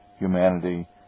humanity